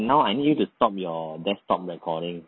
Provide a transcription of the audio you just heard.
now I need to stop your desktop recording